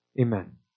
Amen